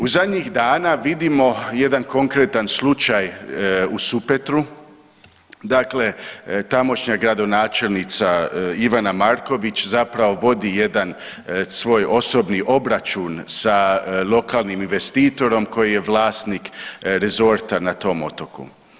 U zadnjih dana vidimo jedan konkretna slučaj u Supetru, dakle tamošnja gradonačelnica Ivana Marković zapravo vodi jedan svoj osobni obračun sa lokalnim investitorom koji je vlasnih resorta na tom otoku.